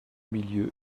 milieu